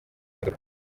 modoka